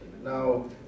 Now